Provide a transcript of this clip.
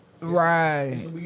Right